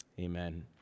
Amen